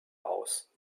aus